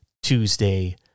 Tuesday